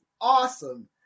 awesome